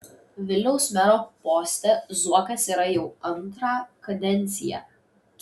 vilniaus mero poste zuokas yra jau antrą kadenciją